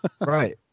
right